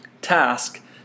task